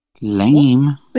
Lame